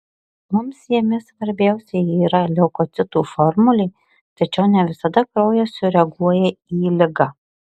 mums jame svarbiausia yra leukocitų formulė tačiau ne visada kraujas sureaguoja į ligą